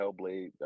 Hellblade